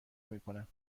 نمیکنم